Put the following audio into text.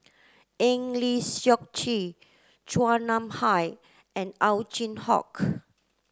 Eng Lee Seok Chee Chua Nam Hai and Ow Chin Hock